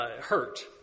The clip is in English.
hurt